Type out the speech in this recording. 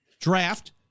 draft